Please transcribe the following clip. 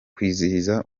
kwizihiza